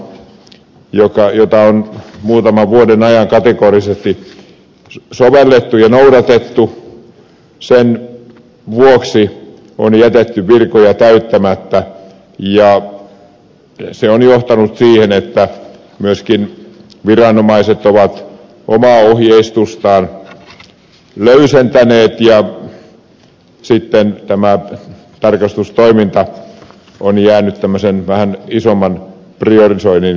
valtion tuottavuusohjelman jota on muutaman vuoden ajan kategorisesti sovellettu ja noudatettu vuoksi on jätetty virkoja täyttämättä ja se on johtanut siihen että myöskin viranomaiset ovat omaa ohjeistustaan löysentäneet ja tämä tarkastustoiminta on jäänyt tämmöisen vähän isomman priorisoinnin varaan